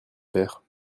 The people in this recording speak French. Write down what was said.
père